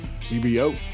CBO